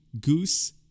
goose